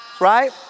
Right